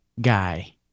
Guy